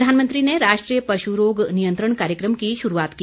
प्रधानमंत्री ने राष्ट्रीय पशु रोग नियंत्रण कार्यक्रम की शुरूआत की